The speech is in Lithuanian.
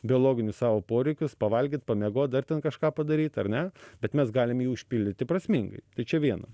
biologinius savo poreikius pavalgyt pamiegot dar ten kažką padaryt ar ne bet mes galim jį užpildyti prasmingai tai čia viena